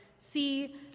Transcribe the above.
See